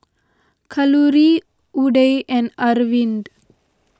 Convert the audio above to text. Kalluri Udai and Arvind